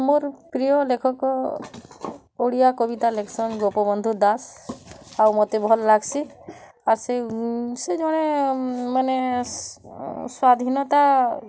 ମୋର୍ ପ୍ରିୟ ଲେଖକ ଓଡ଼ିଆ କବିତା ଲେଖସନ୍ ଗୋପବନ୍ଧୁ ଦାସ୍ ଆଉ ମୋତେ ଭଲ୍ ଲାଗସି ଆର୍ ସେ ସେ ଜଣେ ମାନେ ସ୍ୱାଧୀନତା